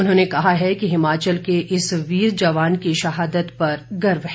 उन्होंने कहा है कि हिमाचल के इस वीर जवान की शहादत पर गर्व है